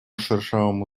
шершавому